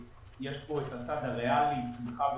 יש כאן את הצד הריאלי עם צמיחה בתעסוקה,